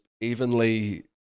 evenly